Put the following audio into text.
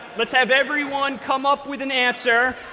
let's have everyone come up with an answer,